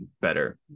better